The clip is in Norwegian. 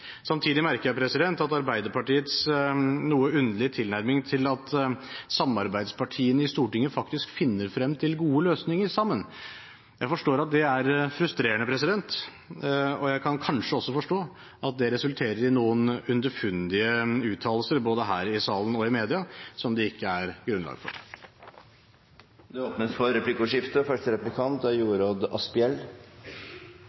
Samtidig merker jeg meg Arbeiderpartiets noe underlige tilnærming til at samarbeidspartiene i Stortinget faktisk finner frem til gode løsninger sammen. Jeg forstår at det er frustrerende, og jeg kan kanskje også forstå at det resulterer i noen underfundige uttalelser både her i salen og i media, som det ikke er grunnlag for. Det åpnes for replikkordskifte. Takk til statsråden. Som jeg sa, så er Norge et godt og